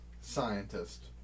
scientist